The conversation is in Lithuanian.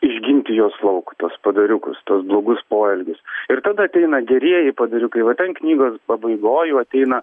išginti juos lauk tuos padariukus tuos blogus poelgius ir tada ateina gerieji padariukai va ten knygos pabaigoj jau ateina